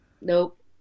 Nope